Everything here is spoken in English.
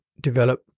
develop